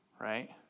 right